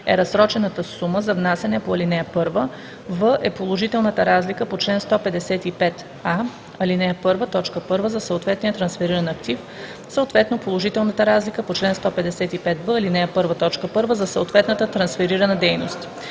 е разсрочената сума за внасяне по ал. 1; - „В“ е положителната разлика по чл. 155а, ал. 1, т. 1 за съответния трансфериран актив, съответно положителната разлика по чл. 155б, ал. 1, т. 1 за съответната трансферирана дейност;